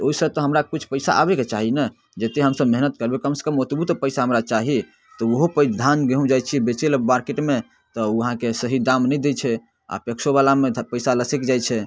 ओहिसँ तऽ हमरा किछु पइसा आबैके चाही ने जतेक हमसभ मेहनति करबै कमसँ कम ओतबो तऽ पइसा हमरा चाही तऽ ओहो पइ धान गेहूँ जाइ छिए बेचैलए मार्केटमे तऽ ओ अहाँके सही दाम नहि दै छै आपेक्षोवलामे तऽ पइसा लसकि जाइ छै